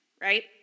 right